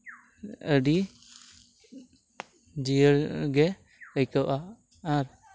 ᱟᱹᱰᱤ ᱡᱤᱭᱟᱹᱲᱜᱮ ᱟᱹᱭᱠᱟᱹᱣᱟ ᱟᱨ